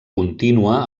continua